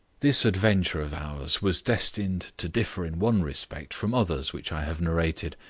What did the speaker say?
this adventure of ours was destined to differ in one respect from others which i have narrated.